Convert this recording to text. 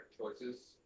choices